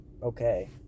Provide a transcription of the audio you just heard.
Okay